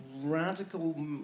radical